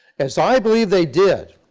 as i believe they did,